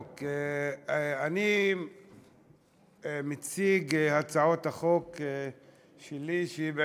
אני חושב שיש לו